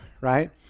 right